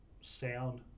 sound